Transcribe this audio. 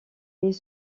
est